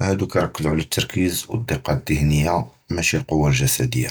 הֻדוּק יִרְכְּזוּ עַל הַתַּרְקִיז וְהַדִּקָּה הַזְהִינִיָּה, מְשִי הַקֻוַّة הַגִּסְדִּיָּה.